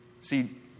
See